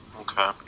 Okay